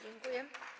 Dziękuję.